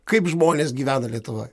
kaip žmonės gyvena lietuvoj